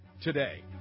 Today